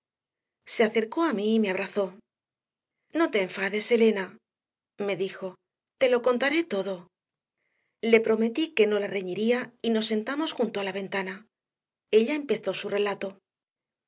se acercó a mí y me abrazó no te enfades elena me dijo te lo contaré todo le prometí que no la reñiría y nos sentamos junto a la ventana ella empezó su relato